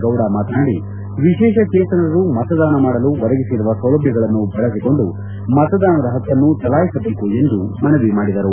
ಗೌಡ ಮಾತನಾಡಿ ವಿಶೇಷಚೇತನರು ಮತದಾನ ಮಾಡಲು ಒದಗಿಸಿರುವ ಸೌಲಭ್ಯಗಳನ್ನು ಬಳಸಿಕೊಂಡು ಮತದಾನದ ಪಕ್ಕನ್ನು ಚಲಾಯಿಸಬೇಕು ಎಂದು ಮನವಿ ಮಾಡಿದರು